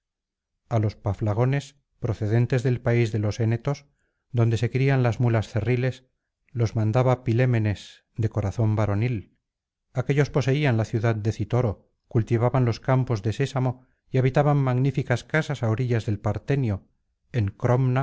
a los paflagones procedentes del país de los énetos donde se crían las muías cerriles los mandaba pilémenes de corazón varonil aquéllos poseían la ciudad de citoro cultivaban los campos de sésamo y habitaban magníficas casas á orillas del partenio en